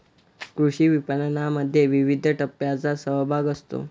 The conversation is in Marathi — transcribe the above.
कृषी विपणनामध्ये विविध टप्प्यांचा सहभाग असतो